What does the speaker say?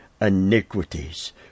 iniquities